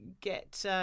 get